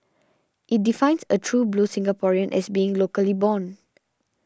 it defines a true blue Singaporean as being locally born